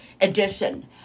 edition